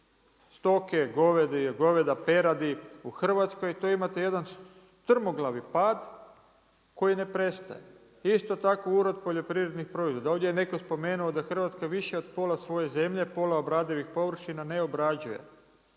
stoke, goveda, peradi u Hrvatskoj to imate jedan strmoglavi pad koji ne prestaje, isto tako urod poljoprivrednih proizvoda. Ovdje je netko spomenuo da Hrvatska više od pola svoje zemlje, pola obradivih površina ne obrađuje.